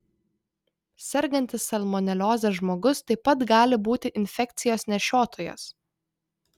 sergantis salmonelioze žmogus taip pat gali būti infekcijos nešiotojas